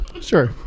Sure